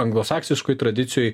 anglosaksiškoj tradicijoj